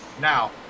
Now